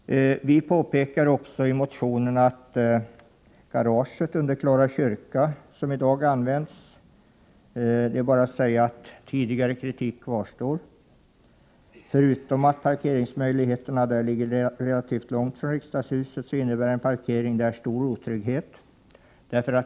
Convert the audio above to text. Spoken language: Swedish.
Vi påpekade i motionen att tidigare kritik kvarstår beträffande det garage under Klara kyrka vilket används i dag. Vi skrev att ”förutom att dessa parkeringsmöjligheter ligger långt från riksdagshuset så innebär en parkering där stor otrygghet.